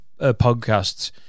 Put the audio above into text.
podcasts